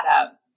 up